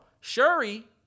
Shuri